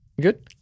Good